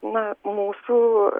na mūsų